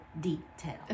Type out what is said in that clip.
detail